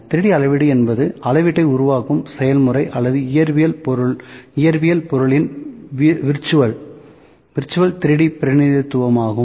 3D அளவீடு என்பது அளவீட்டை உருவாக்கும் செயல்முறை அல்லது இயற்பியல் பொருளின் விர்ச்சுவல் 3D பிரதிநிதித்துவமாகும்